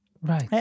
Right